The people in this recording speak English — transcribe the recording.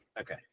okay